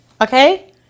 okay